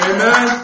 Amen